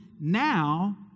Now